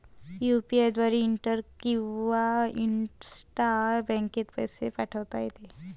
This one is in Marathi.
यु.पी.आय द्वारे इंटर किंवा इंट्रा बँकेत पैसे पाठवता येते